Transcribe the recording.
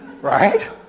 right